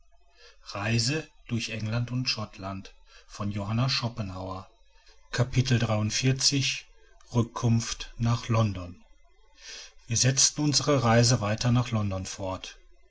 rückkunft nach london wir setzten unsere reise weiter nach london fußnote